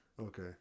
Okay